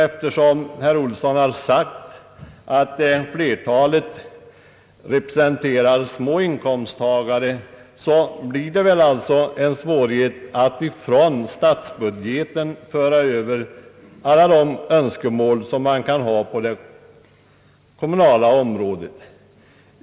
Eftersom herr Olsson har sagt att flertalet representerar små inkomsttagare blir det väl alltså en svårighet att från statsbudgeten föra över alla de önskemål man kan ha på det kommunala området.